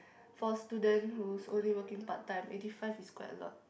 for a student who's only working part time eighty five is quite a lot